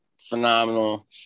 phenomenal